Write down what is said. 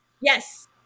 Yes